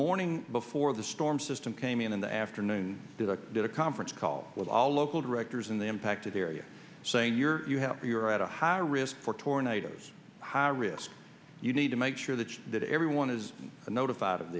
morning before the storm system came in in the afternoon did a conference call with all local directors in the impacted area saying you're you're at a high risk for tornadoes high risk you need to make sure that you that everyone is notified of